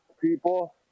people